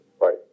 Right